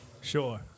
sure